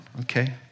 Okay